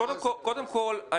קודם כול,